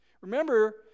Remember